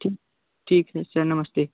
ठीक ठीक है सर नमस्ते